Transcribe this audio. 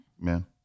man